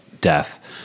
death